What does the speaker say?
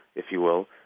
if you will,